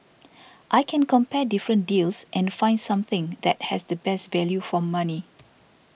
I can compare different deals and find something that has the best value for money